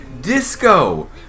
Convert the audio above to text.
disco